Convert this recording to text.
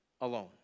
alone